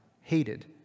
hated